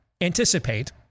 anticipate